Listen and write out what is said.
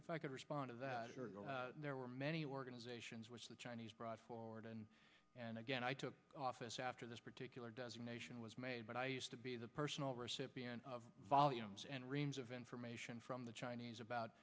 if i could respond to that there were many organizations which the chinese brought forward and and again i took office after this particular designation was made but i used to be the personal recipient of volumes and reams of information from the chinese about